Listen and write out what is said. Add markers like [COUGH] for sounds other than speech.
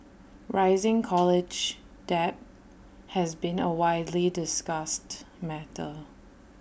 rising [NOISE] college debt has been A widely discussed matter